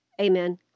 Amen